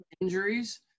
injuries